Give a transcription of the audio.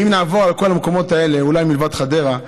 אם נעבור על כל המקומות האלה, אולי מלבד חדרה,